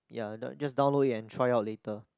ya dow~ just download it and try out later